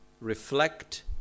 reflect